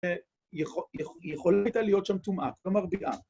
‫יכול הייתה להיות שם טומעה, ‫כלומר, בילאה